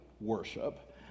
worship